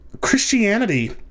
Christianity